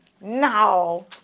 no